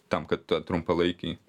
tam kad trumpalaikį